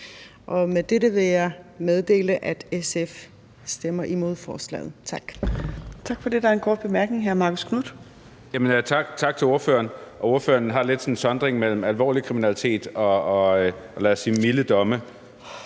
Med dette vil jeg meddele, at SF stemmer imod forslaget. Tak.